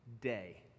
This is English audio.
day